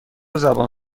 زبان